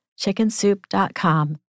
chickensoup.com